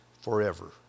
forever